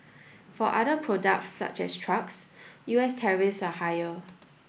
for other products such as trucks U S tariffs are higher